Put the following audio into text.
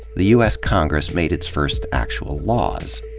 the u s. congress made its first actual laws,